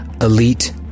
elite